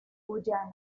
guyana